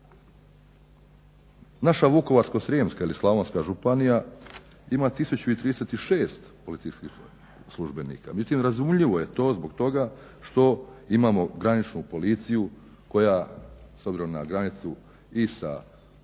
Naša Vukovarsko-srijemska ili slavonska županija ima 1036 policijskih službenika. Međutim razumljivo je to zbog toga što imamo graničnu policiju koja s obzirom na granicu i sa tzv.